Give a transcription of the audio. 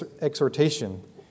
exhortation